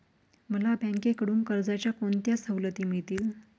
मला बँकेकडून कर्जाच्या कोणत्या सवलती मिळतील?